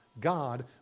God